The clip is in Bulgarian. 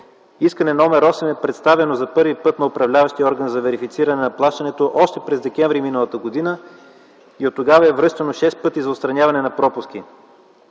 Искане № 8 е представено за първи път на управляващия орган за верифициране на плащането още през м. декември миналата година и оттогава е връщано шест пъти за отстраняване на пропуски,